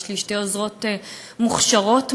יש לי שתי עוזרות מוכשרות מאוד,